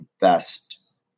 best